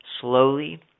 slowly